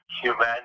humanity